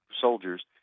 soldiers